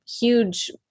huge